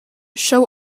show